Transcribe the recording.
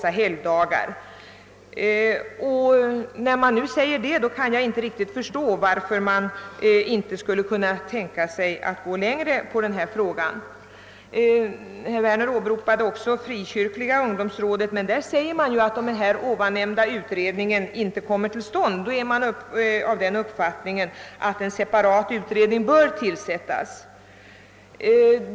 Då Sveriges frikyrkoråd skrivit så mycket kan jag inte riktigt förstå varför man inte skulle kunna tänka sig att gå längre beträffande denna fråga. Herr Werner åberopade också Frikyrkliga ungdomsrådet, men detta framhåller ju att om den nämnda utredningen inte kommer till stånd, en separat utredning bör tillsättas.